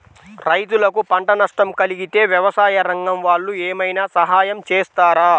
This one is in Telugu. రైతులకు పంట నష్టం కలిగితే వ్యవసాయ రంగం వాళ్ళు ఏమైనా సహాయం చేస్తారా?